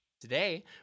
Today